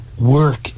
work